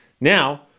Now